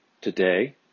today